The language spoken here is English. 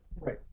Right